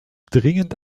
dringend